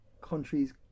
countries